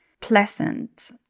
pleasant